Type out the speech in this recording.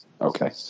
Okay